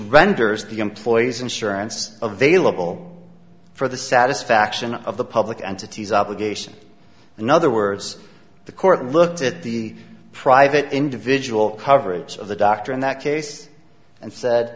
renders the employee's insurance available for the satisfaction of the public entities obligation in other words the court looked at the private individual coverage of the doctor in that case and said